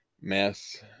mass